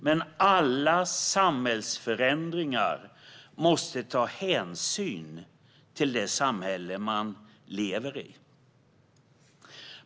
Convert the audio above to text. Men alla samhällsförändringar måste ta hänsyn till det samhälle vi lever i.